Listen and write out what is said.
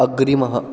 अग्रिमः